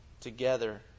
together